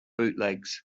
bootlegs